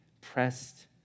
pressed